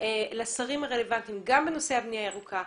לשרים הרלוונטיים גם בנושא הבנייה הירוקה,